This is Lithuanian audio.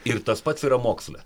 ir tas pats yra moksle